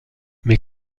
mais